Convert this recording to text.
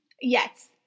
Yes